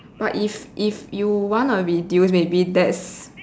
but if if you wanna reduce maybe that's